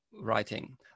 writing